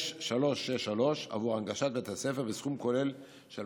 2020/24/363 עבור הנגשת בית הספר בסכום כולל של